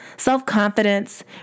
Self-confidence